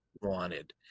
wanted